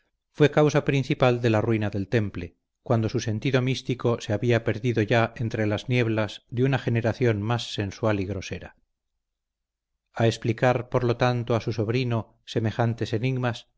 fue causa principal de la ruina del temple cuando su sentido místico se había perdido ya entre las nieblas de una generación más sensual y grosera a explicar por lo tanto a su sobrino semejantes enigmas